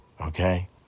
okay